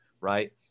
right